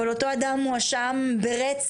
אבל אותו אדם הואשם ברצח.